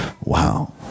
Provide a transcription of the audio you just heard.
wow